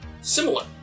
similar